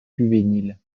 juvénile